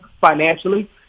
financially